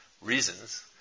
reasons